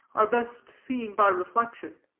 are best seen by reflection.